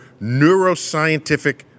Neuroscientific